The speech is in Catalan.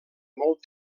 molt